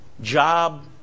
Job